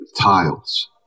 tiles